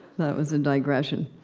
that was a digression.